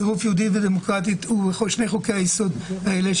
הצירוף של יהודית ודמוקרטית הוא בשני חוקי היסוד האלה,